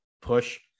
push